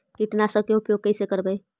कीटनाशक के उपयोग कैसे करबइ?